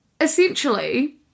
essentially